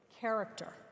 character